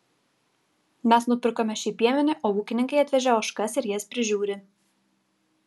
mes nupirkome šį piemenį o ūkininkai atvežė ožkas ir jas prižiūri